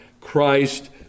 Christ